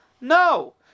No